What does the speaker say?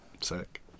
Sick